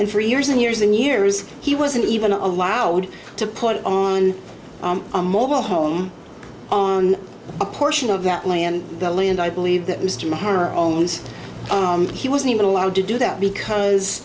and for years and years and years he wasn't even allowed to put it on a mobile home on a portion of that land the land i believe that mr harmer own he wasn't even allowed to do that because